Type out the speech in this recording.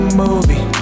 movie